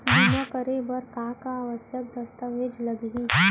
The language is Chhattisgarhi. बीमा करे बर का का आवश्यक दस्तावेज लागही